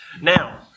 Now